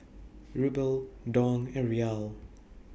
Ruble Dong and Riyal